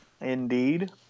Indeed